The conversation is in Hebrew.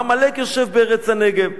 עמלק יושב בארץ הנגב,